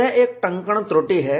यह एक टंकण त्रुटि है